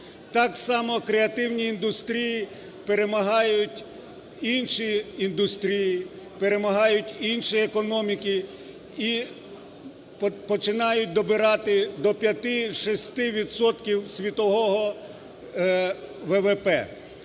Так само креативні індустрії перемагають інші індустрії, перемагають інші економіки і починають добирати до 5-6 відсотків світового ВВП.